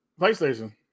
PlayStation